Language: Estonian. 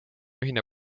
ühine